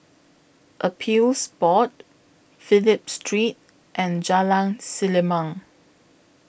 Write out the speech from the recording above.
Appeals Board Phillip Street and Jalan Selimang